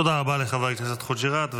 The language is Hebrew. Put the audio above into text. תודה רבה לחבר הכנסת חוג'יראת.